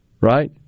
right